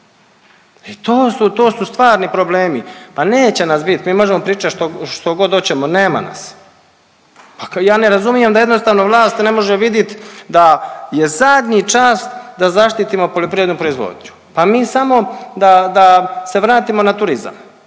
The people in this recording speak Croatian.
I to su stvarni problemi. Pa neće nas bit! Mi možemo pričat što god hoćemo, nema nas. Pa ja ne razumijem da jednostavno vlast ne može vidit da je zadnji čas da zaštitimo poljoprivrednu proizvodnju. Pa mi samo da se vratimo na turizam.